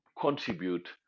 contribute